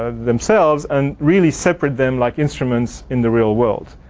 ah themselves and really separate them like instruments in the real world.